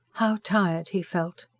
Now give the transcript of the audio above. how tired he felt!